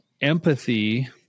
empathy